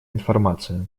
информация